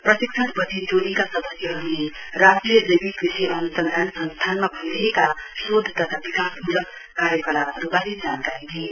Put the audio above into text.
प्रशिक्षण पछि टोलीका सदस्यहरुले राष्ट्रिय जैविक कृषि अनुसन्धान संस्थानमा भइरहेका शोध तथा विकास मूलक कार्यकलापहरुवारे जानकारी दिए